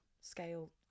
scale